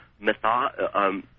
method